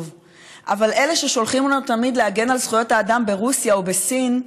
אבל אלה ששולחים אותנו תמיד להגן על זכויות האדם ברוסיה או בסין,